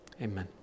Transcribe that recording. Amen